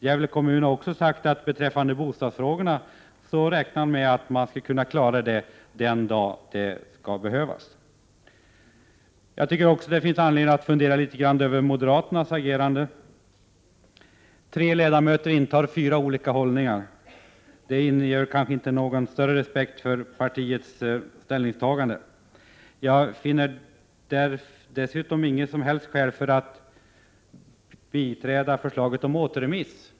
Gävle kommun menar vidare att man också skall klara frågan om bostäder den dag de kommer att behövas. Jag tycker också att det finns anledning att något fundera över moderaternas agerande — tre ledamöter intar fyra olika ståndpunkter. Det inger inte någon större respekt för partiets ställningstagande. Jag finner dessutom inget som helst skäl till att biträda förslaget om återremiss.